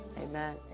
Amen